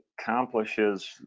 accomplishes